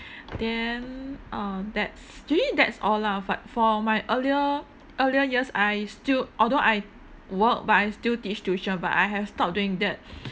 then uh that's usually that's all lah but for my earlier earlier years I still although I work but I still teach tuition but I have stopped doing that